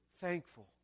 thankful